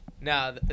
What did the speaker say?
Now